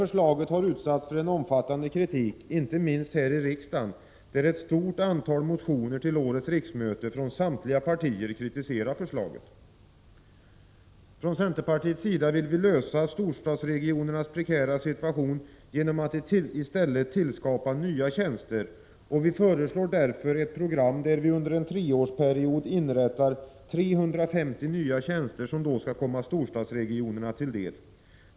Förslaget har utsatts för en omfattande kritik — inte minst här i riksdagen, där samtliga partier i ett stort antal motioner till årets riksmöte kritiserar förslaget. Vii centerpartiet vill lösa storstadsregionernas prekära situation genom att i stället tillskapa nya tjänster. Vi föreslår därför ett program som innebär att det under en treårsperiod inrättas 350 nya tjänster som skall komma storstadsregionerna till del.